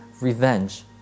revenge